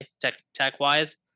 tech-wise